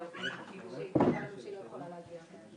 וזה כואב לי מאד,